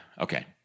Okay